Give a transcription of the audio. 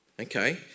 Okay